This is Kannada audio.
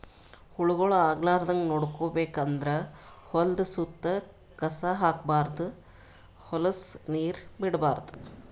ಹುಳಗೊಳ್ ಆಗಲಾರದಂಗ್ ನೋಡ್ಕೋಬೇಕ್ ಅಂದ್ರ ಹೊಲದ್ದ್ ಸುತ್ತ ಕಸ ಹಾಕ್ಬಾರ್ದ್ ಹೊಲಸ್ ನೀರ್ ಬಿಡ್ಬಾರ್ದ್